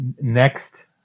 next